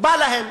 בא להם.